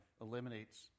eliminates